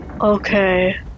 Okay